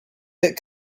that